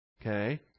Okay